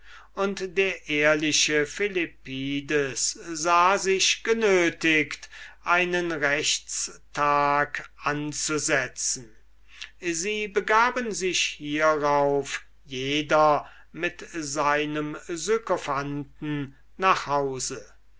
und der ehrliche philippides sah sich genötigt einen rechtstag anzusetzen sie begaben sich nun jeder mit seinem sykophanten nach hause